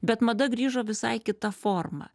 bet mada grįžo visai kita forma